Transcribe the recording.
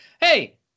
Hey